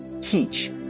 teach